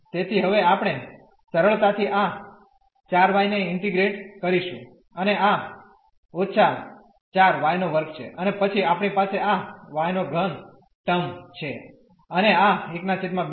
તેથી હવે આપણે સરળતાથી આ 4y ને ઇન્ટીગ્રેટ કરીશું અને આ −4 y2 છે અને પછી આપણી પાસે આ y3 ટર્મ છે અને આ 12 સાથે